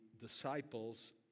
disciples